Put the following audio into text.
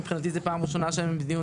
מבחינתי זו פעם ראשונה שאני בדיון